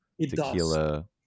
tequila